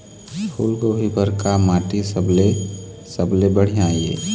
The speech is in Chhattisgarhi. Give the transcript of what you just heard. फूलगोभी बर का माटी सबले सबले बढ़िया ये?